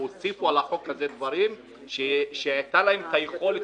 הוסיפו להצעת החוק הזאת דברים שהייתה להם היכולת